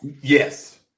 Yes